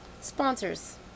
sponsors